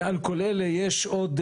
ועל כל אלה יש עוד,